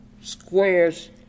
squares